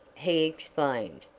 he explained.